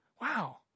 wow